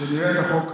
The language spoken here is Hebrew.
כשאני אראה את החוק.